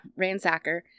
Ransacker